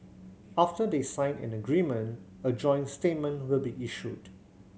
after they sign an agreement a joint statement will be issued